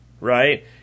right